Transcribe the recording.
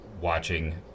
watching